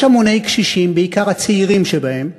יש המוני קשישים, בעיקר הצעירים שבהם,